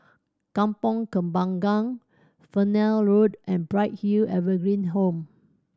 Kampong Kembangan Fernvale Road and Bright Hill Evergreen Home